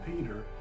Peter